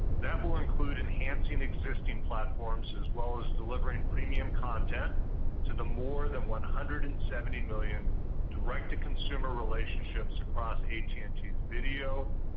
that will include enhancing existing platforms as well as delivering premium content to the more than one hundred and seventy million direct-to-consumer relationships across at and t's video,